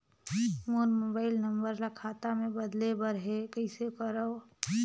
मोर mobile number ल खाता मे बदले बर हे कइसे करव?